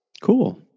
cool